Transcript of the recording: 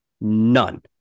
None